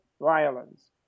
violence